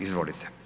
Izvolite.